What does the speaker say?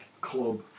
Club